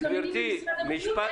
מתלוננים במשרד הבריאות?